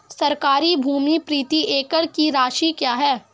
सरकारी भूमि प्रति एकड़ की राशि क्या है?